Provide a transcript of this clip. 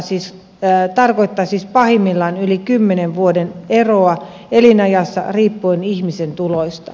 se tarkoittaa siis pahimmillaan yli kymmenen vuoden eroa elinajassa riippuen ihmisen tuloista